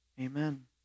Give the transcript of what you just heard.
Amen